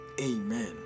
Amen